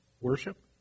worship